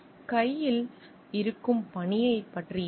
கையில் இருக்கும் பணியைப் பற்றி இருக்கும்